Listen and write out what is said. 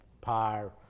par